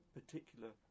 particular